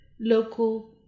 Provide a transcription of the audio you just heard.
local